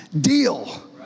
deal